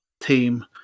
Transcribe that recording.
team